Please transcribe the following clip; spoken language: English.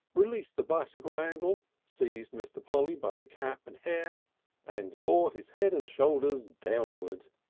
released the bicycle handle, seized mr. polly by the cap and hair and bore his head and shoulders downward.